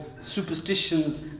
superstitions